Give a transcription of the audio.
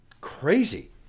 crazy